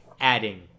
adding